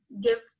give